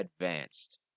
advanced